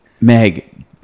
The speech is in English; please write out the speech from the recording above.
Meg